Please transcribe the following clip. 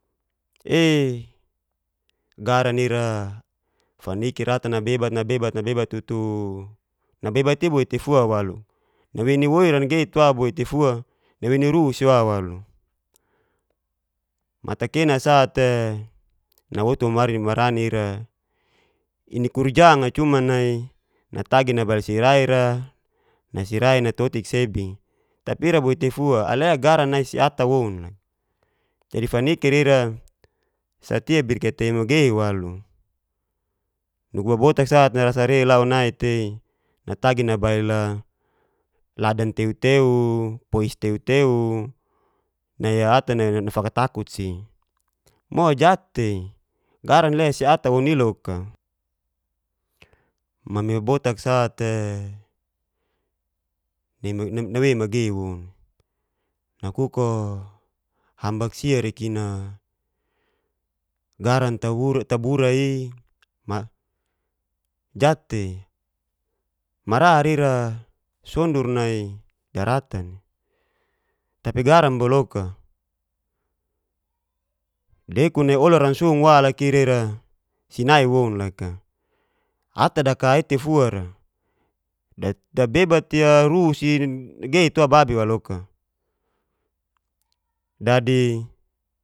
Ei garan ira faniki ratan nabebat-nabebat nabebat tutuu, nabebat'i boit tefua walu nawei ni woira ngeit wa boi'tefua nawei ni'ru si'wa walu, mate kana sa'te nawotu wamari marani ira inikurjang'a cuman nai nraagi nabail sirai'ra nasirai natotik sebe ira boit tefua ale garan ira si ata woun lo. Jadi faniki'ra ir sa'tia bi kitawai magei walu. nugu babora sate naras reilau nai tei natagi nabail ldan teu teu pois teu teu nai ata nafakatkut si moo jat'tei gara le si ata woun i'loka, mami botak sa'te nawei hambak sia rekin'a garan tabura'i jat'tei marar ira sundur nai da'ratan tapi galan boloka dekun nai olara nasung wa loka ira si naita woun loka ata daka'itefuara dabebati ru'a dageit wa babi wa'loka dadi.